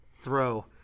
throw